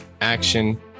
action